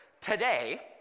today